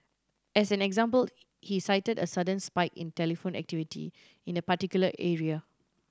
as an example he cited a sudden spike in telephone activity in a particular area